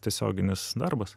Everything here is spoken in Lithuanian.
tiesioginis darbas